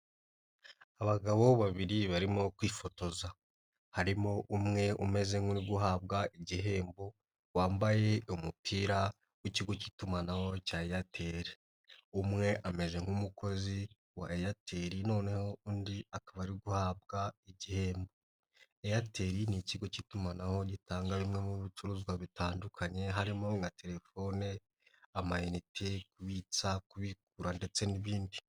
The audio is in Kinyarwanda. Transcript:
Abagabo babiri barimo kwifotoza, harimo umwe umeze nk'uri guhabwa igihembo wambaye umupira w'ikigo k'itumanaho cya Airtel, umwe ameze nk'umukozi wa Airtel noneho undi akaba ari guhabwa igihembo. Airtel ni ikigo k'itumanaho gitanga bimwe mu bicuruzwa bitandukanye harimo nka: telefone, amayiniti, kubitsa, kubikura ndetse n'ibindi.